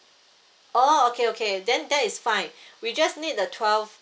oh okay okay then that is fine we just need the twelve